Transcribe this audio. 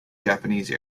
japanese